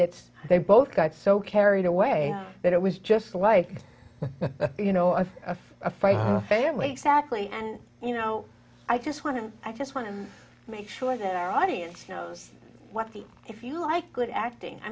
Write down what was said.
gets they both got so carried away that it was just like you know it's a fight a family sadly and you know i just want to i just want to make sure that our audience knows what the if you like good acting i